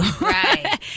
Right